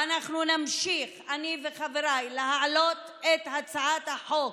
ואנחנו נמשיך, אני וחבריי, להעלות את הצעת החוק